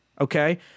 okay